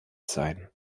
sein